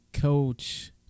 coach